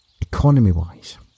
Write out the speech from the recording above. economy-wise